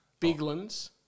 Biglands